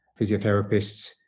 physiotherapists